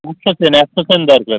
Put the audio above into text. একশো চেন একশো চেন দরকার